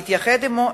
להתייחד עמו,